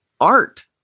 art